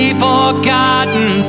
forgotten